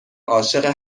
عاشق